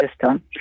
system